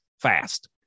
fast